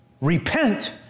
repent